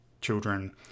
children